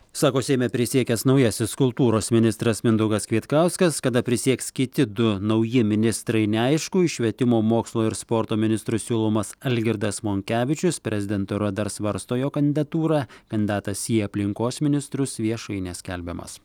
sako seime prisiekęs naujasis kultūros ministras mindaugas kvietkauskas kada prisieks kiti du nauji ministrai neaišku į švietimo mokslo ir sporto ministrus siūlomas algirdas monkevičius prezidentūra dar svarsto jo kandidatūrą kandidatas į aplinkos ministrus viešai neskelbiamas